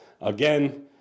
again